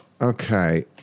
okay